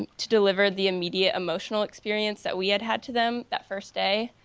and to deliver the immediate emotional experience that we had had to them that first day.